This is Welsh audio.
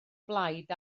blaid